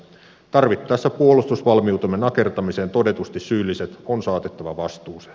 tarvittaessa puolustusvalmiutemme nakertamiseen todetusti syylliset on saatettava vastuuseen